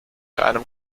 einem